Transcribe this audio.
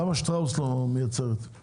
למה שטראוס לא מייצרת?